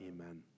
Amen